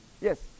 yes